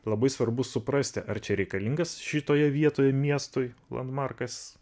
labai svarbu suprasti ar čia reikalingas šitoje vietoj miestui landmarkas